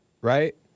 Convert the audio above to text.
right